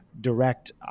direct